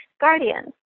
Guardians